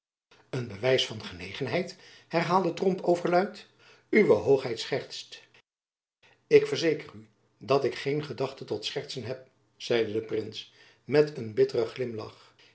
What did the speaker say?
een bewijs van genegenheid herhaalde tromp overluid uwe hoogheid schertst ik verzeker u dat ik geen gedachte tot schertsen heb zeide de prins met een bitteren glimlach